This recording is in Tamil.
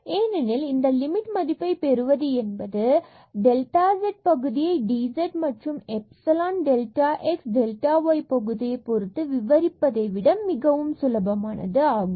ஏனெனில் இந்த லிமிட் மதிப்பை பெறுவது என்பது delta z பகுதியை dz மற்றும் epsilon delta x delta y பகுதியை பொருத்து விவரிப்பதை விட மிகவும் சுலபமானது ஆகும்